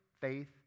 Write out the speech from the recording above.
faith